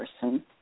person